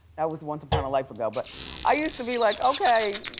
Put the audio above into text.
that was once upon a life ago, but i used to be like, okay,